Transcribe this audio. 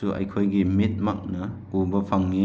ꯁꯨ ꯑꯩꯈꯣꯏꯒꯤ ꯃꯤꯠꯃꯛꯅ ꯎꯕ ꯐꯪꯏ